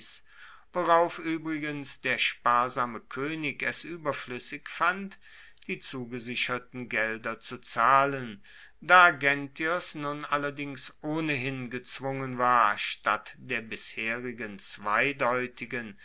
worauf uebrigens der sparsame koenig es ueberfluessig fand die zugesicherten gelder zu zahlen da genthios nun allerdings ohnehin gezwungen war statt der bisherigen zweideutigen